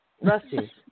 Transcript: Rusty